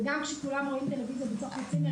ושכולם רואים טלוויזיה בתוך הצימר,